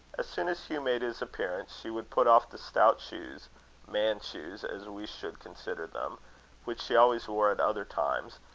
as soon as hugh made his appearance, she would put off the stout shoes man's shoes, as we should consider them which she always wore at other times,